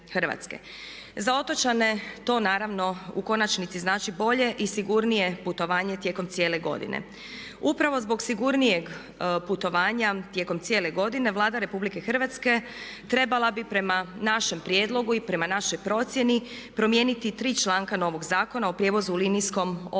Za otočane to naravno u konačnici znači bolje i sigurnije putovanje tijekom cijele godine. Upravo zbog sigurnijeg putovanja tijekom cijele godine Vlada Republike Hrvatske trebala bi prema našem prijedlogu i prema našoj procjeni promijeniti tri članka novog Zakona o prijevozu u linijskom obalnom